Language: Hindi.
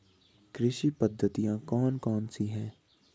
कृषि पद्धतियाँ कौन कौन सी हैं?